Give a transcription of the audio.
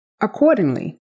accordingly